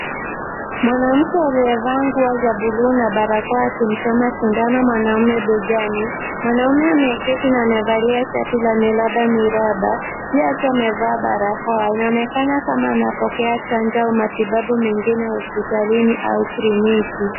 Mwanamke aliyevaa ngguo za buluu na barakoa akimchoma sindano mwanaume begani. Mwanaume ameketi na amevalia shati la miraba miraba. Pia akiwa amevalia barakoa. Inaonekana kama anapokea chanjo au matibabu mengine hospitalini au kliniki.